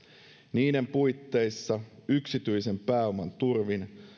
niiden puitteissa yksityisen pääoman turvin